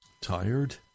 tired